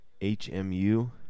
HMU